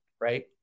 Right